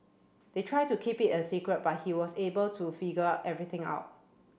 they tried to keep it a secret but he was able to figure everything out